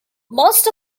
most